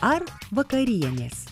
ar vakarienės